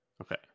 okay